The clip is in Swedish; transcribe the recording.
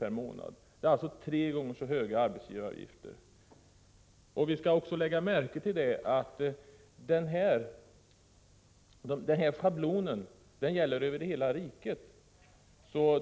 per månad — alltså tre gånger så mycket. Vidare är det att märka att denna schablon gäller för hela riket.